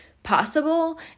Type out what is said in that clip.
possible